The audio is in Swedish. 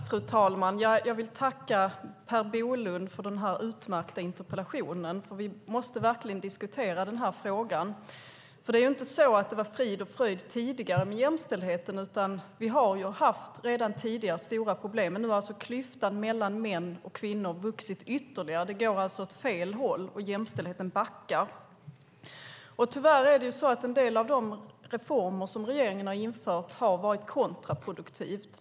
Fru talman! Jag vill tacka Per Bolund för den utmärkta interpellationen. Vi måste verkligen diskutera den här frågan. Det är inte så att det var frid och fröjd tidigare med jämställdheten. Vi hade redan tidigare stora problem, men nu har klyftan mellan män och kvinnor vuxit ytterligare. Det går alltså åt fel håll. Jämställdheten backar. Tyvärr har en del av de reformer som regeringen har infört varit kontraproduktiva.